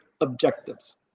objectives